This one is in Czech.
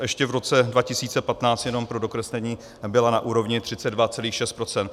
Ještě v roce 2015, jenom pro dokreslení, byla na úrovni 32,6 %.